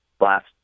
last